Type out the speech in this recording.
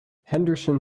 henderson